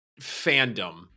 fandom